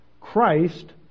Christ